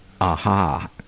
aha